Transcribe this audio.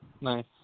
Nice